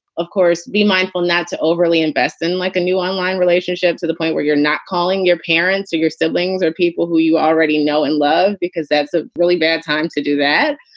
of course. be mindful not to overly invest in like a new online relationship to the point where you're not calling your parents or your siblings or people who you already know and love, because that's a really bad time to do that.